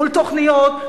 מול תוכניות,